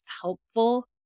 helpful